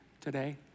today